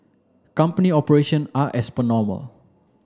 company operation are as per normal